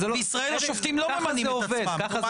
בישראל השופטים לא ממנים את עצמם.